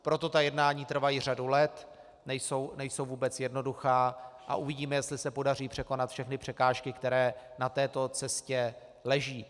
Proto ta jednání trvají řadu let, nejsou vůbec jednoduchá a uvidíme, jestli se podaří překonat všechny překážky, které na této cestě leží.